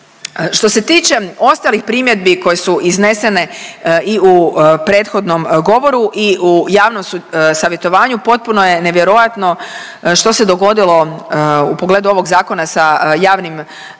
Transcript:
Što se tiče ostalih primjedbi koje su iznesene i u prethodnom govoru i u javnom savjetovanju, potpuno je nevjerojatno što se dogodilo u pogledu ovog zakona sa javnim e-savjetovanjem